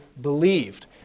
believed